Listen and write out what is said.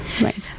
Right